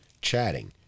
chatting